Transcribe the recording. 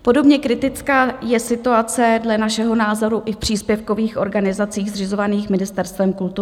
Podobně kritická je situace dle našeho názoru i v příspěvkových organizacích zřizovaných Ministerstvem kultury.